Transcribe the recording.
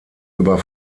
über